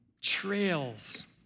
trails